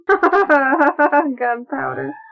Gunpowder